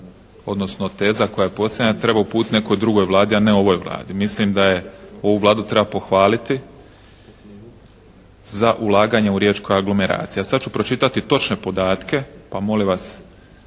odnosno teza koja je postavljena treba uputiti nekoj drugoj Vladi a ne ovoj Vladi. Mislim da ovu Vladu treba pohvaliti za ulaganje u riječku aglomeraciju. A sad ću pročitati točne podatke, pa molim vas